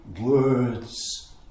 words